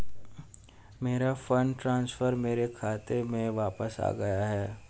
मेरा fund transfer मेरे खाते में वापस आ गया है